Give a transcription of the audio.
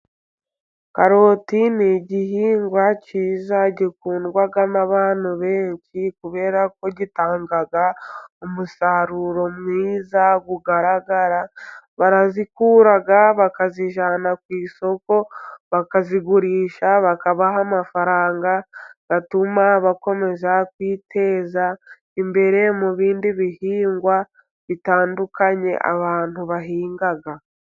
Karoti ni igihingwa cyiza gikundwa n'abantu benshi, kubera ko gitanga umusaruro mwiza ugaragara. Barazikura bakazijyana ku isoko, bakazigurisha bakabaha amafaranga, atuma bakomeza kwiteza imbere mu bindi bihingwa bitandukanye abantu bahinga.